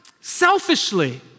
selfishly